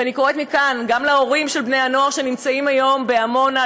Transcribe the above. ואני קוראת מכאן גם להורים של בני-הנוער שנמצאים היום בעמונה,